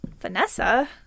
Vanessa